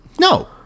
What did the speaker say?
No